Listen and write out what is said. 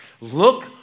look